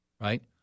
Right